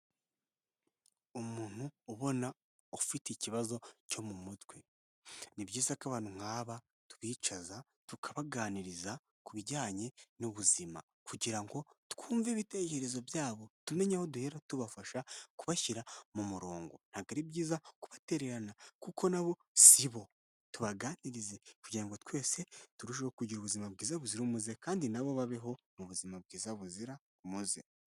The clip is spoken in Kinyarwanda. Umuntu ubona ufite ikibazo cyo mu mutwe, ni byiza ko abantu nk’aba tubicaza tukabaganiriza ku bijyanye n'ubuzima, kugira ngo twumve ibitekerezo byabo tumenye aho duhera tubafasha kubashyira mu murongo. Ntago ari byiza kubatererana kuko nabo si bo, tubaganirize kugira ngo twese turusheho kugira ubuzima bwiza buzira umuze kandi nabo babeho mu buzima bwiza buzira umuze.